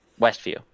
Westview